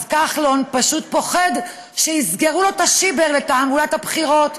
אז כחלון פשוט פוחד שיסגרו לו את השיבר לתעמולת הבחירות,